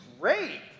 great